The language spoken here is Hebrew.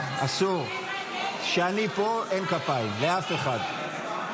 אסור, כשאני פה אין כפיים לאף אחד.